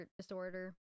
Disorder